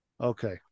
Okay